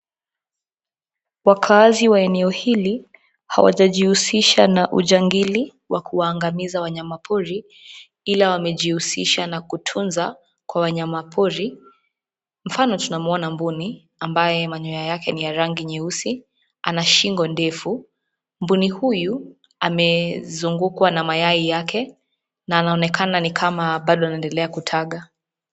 Wakaazi wa eneo hili hawajajihusisha na ujangili wa kuwaangamiza wanyamapori ila wamejihusishana kutunza kwa wanyamapori. Mfano tunamwonya mbuni ambaye manyoya yake ni ya rangi nyeusi, ana shingo ndefu. Mbuni huyu amezungukwa na mayai yake na anaonekana ni kama bado anaendelea kutaga.